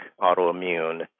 Autoimmune